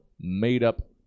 made-up